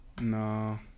No